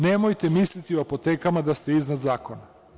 Nemojte misliti o apotekama da ste iznad zakona.